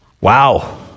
Wow